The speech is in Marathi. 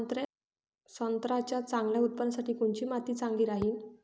संत्र्याच्या चांगल्या उत्पन्नासाठी कोनची माती चांगली राहिनं?